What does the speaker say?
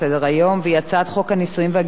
הצעת חוק הנישואין והגירושין,